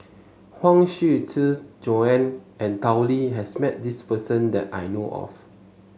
Huang Shiqi Joan and Tao Li has met this person that I know of